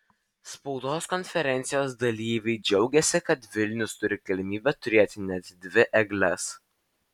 spaudos konferencijos dalyviai džiaugėsi kad vilnius turi galimybę turėti net dvi egles